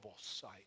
sight